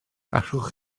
allwch